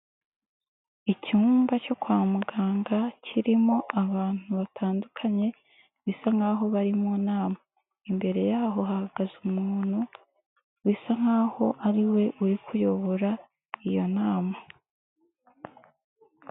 Icyumba cyo kwa muganga kirimo abantu batandukanye bisa nk'aho bari mu nama, imbere yaho hahagaze umuntu bisa nk'aho ariwe uri kuyobora iyo nama.